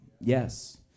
Yes